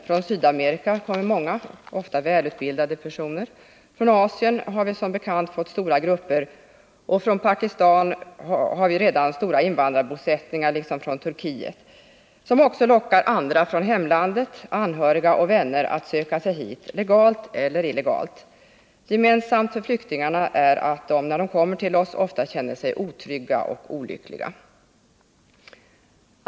Från Sydamerika kommer många — ofta välutbildade personer. Från Asien har vi som bekant fått stora grupper, och från Turkiet och Pakistan har vi redan stora invandrarbosättningar, som också lockar andra från hemlandet, anhöriga och vänner, att söka sig hit — legalt eller illegalt. Gemensamt för flyktingarna är att de, när de kommer till oss, oftast känner sig otrygga och olyckliga.